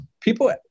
People